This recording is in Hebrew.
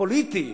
פוליטיים